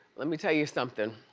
let me tell you something,